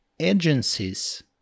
agencies